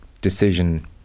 decision